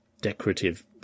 decorative